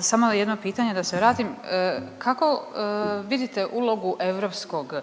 samo jedno pitanje da se vratim, kako vidite ulogu europskog